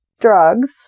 drugs